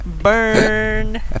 Burn